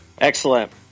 excellent